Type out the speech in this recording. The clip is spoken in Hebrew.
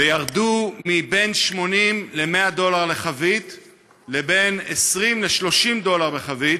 וירדו מ-80 100 דולר לחבית ל-20 30 דולר לחבית,